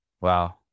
Wow